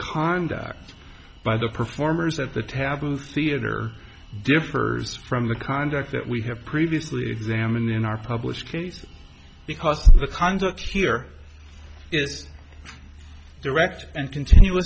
conduct by the performers at the taboo theater differs from the conduct that we have previously examined in our published case because the conduct here is direct and continu